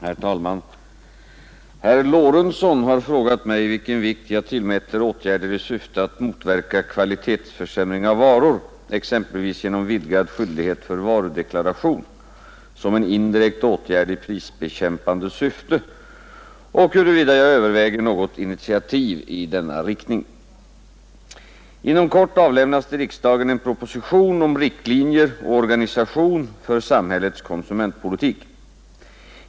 Herr talman! Herr Lorentzon har frågat mig vilken vikt jag tillmäter åtgärder i syfte att motverka kvalitetsförsämring av varor, exempelvis genom vidgad skyldighet för varudeklaration, som en indirekt åtgärd i prisbekämpande syfte och huruvida jag överväger något initiativ i denna riktning. Inom kort avlämnas till riksdagen en proposition om riktlinjer och organisation för samhällets konsumentpolitik.